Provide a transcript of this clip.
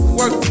work